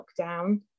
lockdown